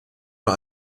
nur